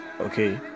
Okay